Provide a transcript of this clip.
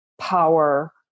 power